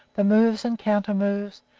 the moves and counter-moves,